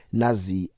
nazi